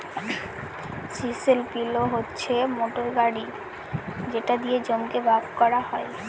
chisel plough হচ্ছে সিই motor গাড়ি যেটা দিয়ে জমিকে ভাগ করা হয়